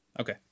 Okay